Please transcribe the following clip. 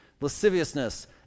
lasciviousness